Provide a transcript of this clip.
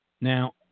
Now